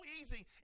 easy